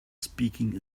speaking